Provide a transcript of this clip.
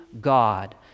God